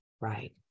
right